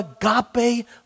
agape